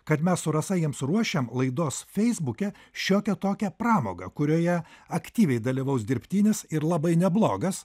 kad mes su rasa jiems ruošiam laidos feisbuke šiokią tokią pramogą kurioje aktyviai dalyvaus dirbtinis ir labai neblogas